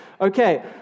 Okay